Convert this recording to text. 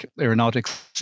aeronautics